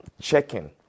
checking